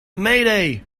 mayday